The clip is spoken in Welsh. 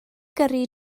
gyrru